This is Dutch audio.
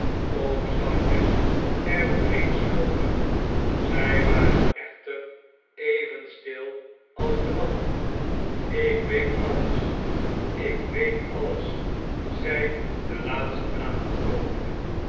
of zachtjes er omheen slopen zjj waren echter even stil als de mannen ik weet alles ik weet alles zei de laatst aangekomene